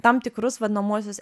tam tikrus vadinamuosius